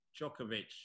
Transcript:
Djokovic